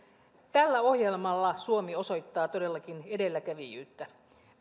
tällä ohjelmalla suomi osoittaa todellakin edelläkävijyyttä me